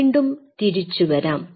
വീണ്ടും തിരിച്ചു വരാം